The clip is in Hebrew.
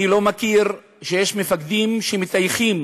אני לא מכיר שיש מפקדים שמטייחים